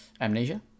Amnesia